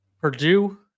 Purdue